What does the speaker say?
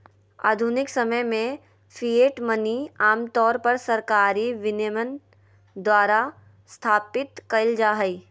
आधुनिक समय में फिएट मनी आमतौर पर सरकारी विनियमन द्वारा स्थापित कइल जा हइ